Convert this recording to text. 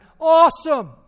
Awesome